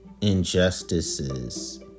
injustices